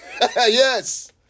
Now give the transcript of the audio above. Yes